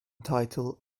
title